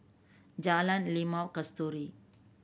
Jalan Limau Kasturi